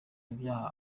ibyaha